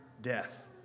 death